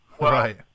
Right